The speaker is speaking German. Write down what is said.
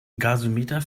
gasometer